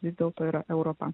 vis dėlto yra europa